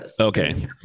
Okay